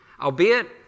albeit